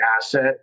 asset